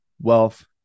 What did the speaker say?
wealth